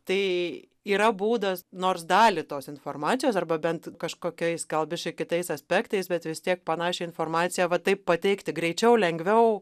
tai yra būdas nors dalį tos informacijos arba bent kažkokiais gal biškį kitais aspektais bet vis tiek panašią informaciją va taip pateikti greičiau lengviau